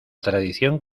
tradición